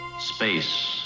Space